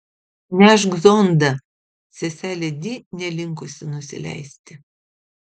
nešk zondą seselė di nelinkusi nusileisti